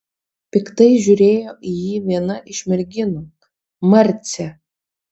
piktai žiūrėjo į jį viena iš merginų marcė